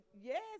Yes